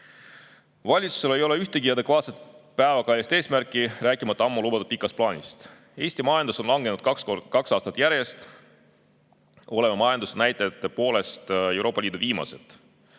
Valitsusel ei ole ühtegi adekvaatset päevakajalist eesmärki, rääkimata ammu lubatud pikast plaanist. Eesti majandus on langenud kaks aastat järjest. Oleme majandusnäitajate poolest Euroopa Liidu viimased.